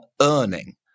earning